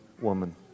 woman